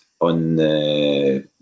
on